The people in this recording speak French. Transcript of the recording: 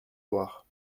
loire